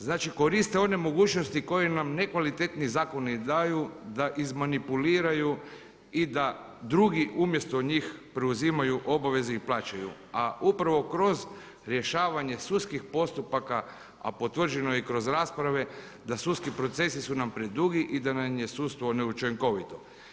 Znači, koriste one mogućnosti koje nam nekvalitetni zakoni daju da izmanipuliraju i da drugi umjesto njih preuzimaju obaveze i plaćaju, a upravo kroz rješavanje sudskih postupaka, a potvrđeno je i kroz rasprave da sudski procesi su nam predugi i da nam je sudstvo neučinkovito.